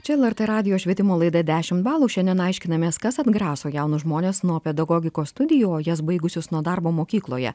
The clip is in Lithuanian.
čia lrt radijo švietimo laida dešimt balų šiandien aiškinamės kas atgraso jaunus žmones nuo pedagogikos studijų o jas baigusius nuo darbo mokykloje